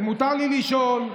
ומותר לי לשאול,